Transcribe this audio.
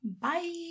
Bye